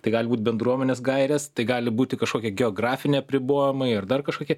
tai gali būt bendruomenės gairės tai gali būti kažkokie geografiniai apribojimai ar dar kažkokie